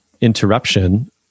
interruption